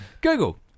Google